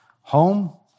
home